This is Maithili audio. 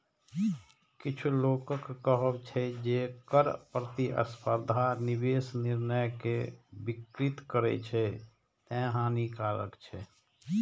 किछु लोकक कहब छै, जे कर प्रतिस्पर्धा निवेश निर्णय कें विकृत करै छै, तें हानिकारक छै